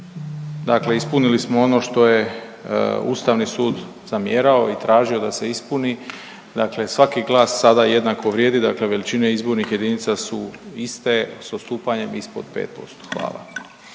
dakle ispunili smo ono što je ustavni sud zamjerao i tražio da se ispuni, dakle svaki glas sada jednako vrijedi, dakle veličine izbornih jedinica su iste s odstupanjem ispod 5%, hvala.